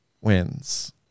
wins